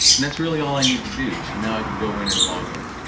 and that's really all i need to do. so and now i can go in and login.